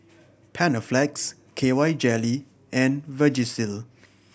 Panaflex K Y Jelly and Vagisil